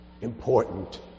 important